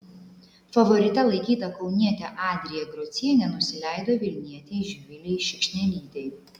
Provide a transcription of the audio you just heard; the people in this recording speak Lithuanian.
favorite laikyta kaunietė adrija grocienė nusileido vilnietei živilei šikšnelytei